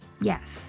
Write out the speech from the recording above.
Yes